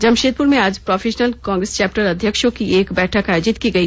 जमशेदप्र में आज professional Congress chapter अध्यक्षों की एक बैठक आयोजित की गई